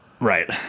Right